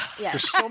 yes